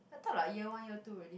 I thought like year one year two already